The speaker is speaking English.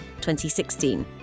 2016